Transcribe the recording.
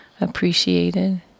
appreciated